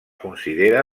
considera